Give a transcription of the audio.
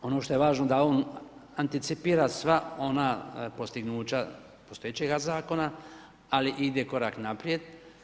Ono što je važno, da on anticipira sva ona postignuća postojećega Zakona, ali ide korak naprijed.